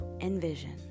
envision